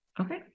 Okay